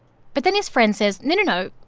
but then his friend says, no, no, no.